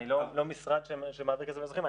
אני לא משרד שמעביר כסף לאזרחים.